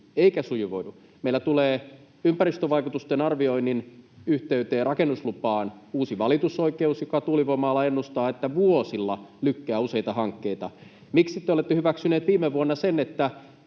eikä sujuvoidu? Meillä tulee ympäristövaikutusten arvioinnin yhteyteen rakennuslupaan uusi valitusoikeus, jonka tuulivoima-ala ennustaa lykkäävän useita hankkeita vuosilla. Miksi te olette hyväksyneet viime vuonna sen, että